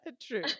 true